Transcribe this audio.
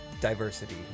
diversity